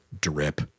Drip